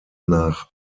nach